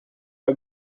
pas